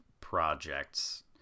projects